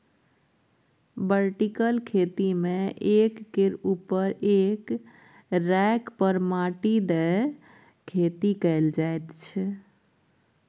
vertical खेती मे एक केर उपर एक रैक पर माटि दए खेती कएल जाइत छै